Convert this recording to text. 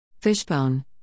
Fishbone